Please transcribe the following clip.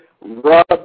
rub